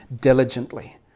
diligently